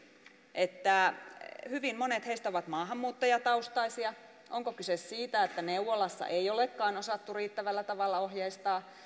että hyvin monet heistä ovat maahanmuuttajataustaisia onko kyse siitä että neuvolassa ei olekaan osattu riittävällä tavalla ohjeistaa